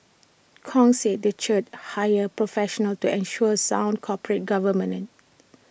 Kong said the church hired professionals to ensure sound corporate